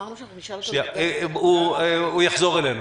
אמרנו שאנחנו נשאל אותו בנוגע --- הוא יחזור אלינו.